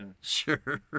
Sure